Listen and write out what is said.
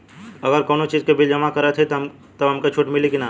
अगर कउनो चीज़ के बिल जमा करत हई तब हमके छूट मिली कि ना?